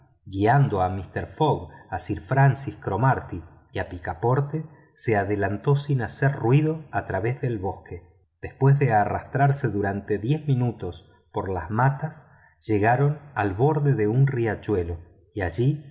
guiando a mister fogg a sir francis cromarty y a picaporte se adelantó sin hacer ruido a través del bosque después de arrastrarse durante diez minutos por las matas llegaron al borde de un riachuelo y allí